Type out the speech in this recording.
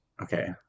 okay